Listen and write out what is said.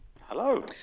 Hello